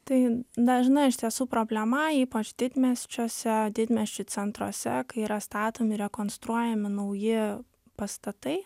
tai dažna iš tiesų problema ypač didmiesčiuose didmiesčių centruose kai yra statomi rekonstruojami nauji pastatai